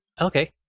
Okay